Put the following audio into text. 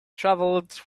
travelled